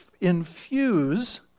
infuse